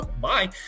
bye